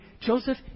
Joseph